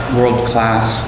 world-class